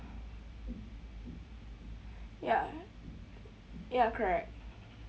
ya ya correct